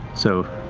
so,